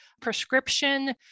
prescription